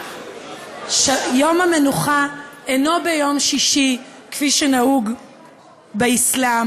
יום המנוחה אינו ביום שישי כפי שנהוג באסלאם,